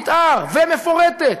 מתאר נהדרת ומפורטת,